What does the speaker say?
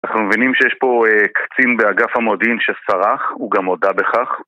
אנחנו מבינים שיש פה קצין באגף המודיעין שסרח, הוא גם הודה בכך